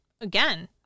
Again